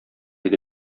иде